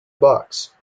box